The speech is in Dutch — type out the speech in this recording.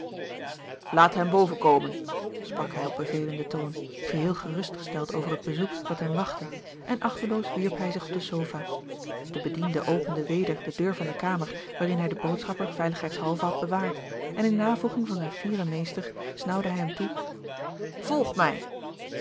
laat hem boven komen sprak hij op bevelenden toon geheel gerustgesteld over het bezoek dat hem wachtte en achteloos wierp hij zich op de sofa de bediende opende weder de deur van de kamer waarin hij den boodschapper veiligheidshalve had bewaard en in navolging van zijn fieren meester snaauwde hij hem toe volg mij